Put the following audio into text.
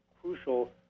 Crucial